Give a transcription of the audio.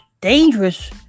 dangerous